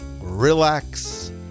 relax